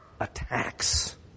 attacks